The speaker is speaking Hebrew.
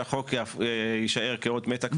שהחוק יישאר כאות מתה,